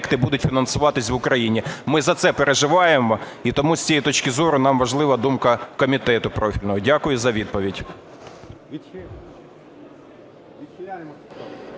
Дякую за відповідь.